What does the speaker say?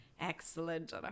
excellent